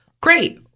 Great